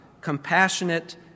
compassionate